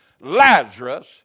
Lazarus